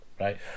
Right